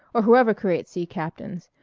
or who-ever creates sea captains,